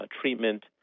treatment